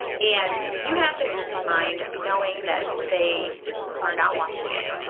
and you have the peace of mind knowing that they are not watching it.